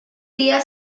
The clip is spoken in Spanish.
día